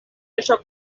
això